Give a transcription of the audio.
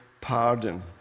pardon